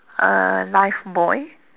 a lifebuoy